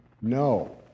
no